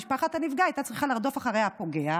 משפחת הנפגע הייתה צריכה לרדוף אחרי הפוגע.